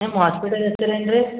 ನಿಮ್ಮ ಹಾಸ್ಪಿಟಲ್ ಹೆಸ್ರು ಏನ್ರೀ